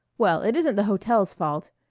well, it isn't the hotel's fault.